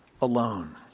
alone